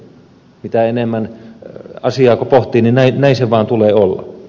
kun asiaa pohtii niin näin sen vain tulee olla